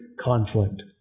conflict